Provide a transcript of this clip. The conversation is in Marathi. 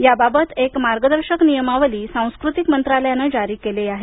याबाबत एक मार्गदर्शक नियमावली सांस्कृतिक मंत्रालयानं जारी केली आहे